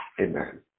Amen